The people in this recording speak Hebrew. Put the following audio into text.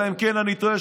אלא אם כן אני טועה,